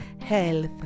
health